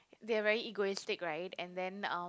they are very egoistic right and then uh